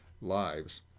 lives